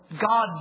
God